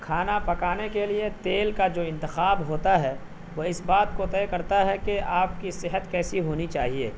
کھانا پکانے کے لیے تیل کا جو انتخاب ہوتا ہے وہ اس بات کو طے کرتا ہے کہ آپ کی صحت کیسی ہونی چاہیے